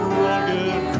rugged